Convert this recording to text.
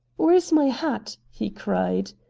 where's my hat? he cried.